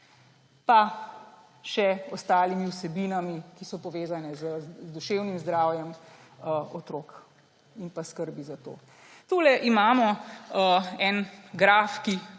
Pa še z ostalimi vsebinami, ki so povezane z duševnim zdravjem otrok in s skrbjo za to. Tukaj imamo en graf, ki